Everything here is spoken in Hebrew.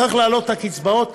צריך להעלות את הקצבאות,